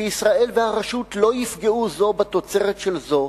שישראל והרשות לא יפגעו זו בתוצרת של זו,